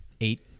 eight